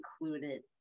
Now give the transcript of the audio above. included